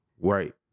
right